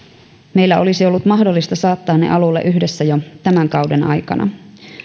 meillä olisi ollut mahdollisuus saattaa ne alulle yhdessä jo tämän kauden aikana